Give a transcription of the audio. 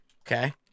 okay